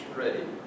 ready